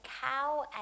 cow